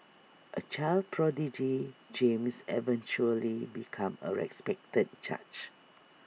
A child prodigy James eventually became A respected judge